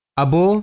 abo